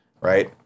Right